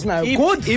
Good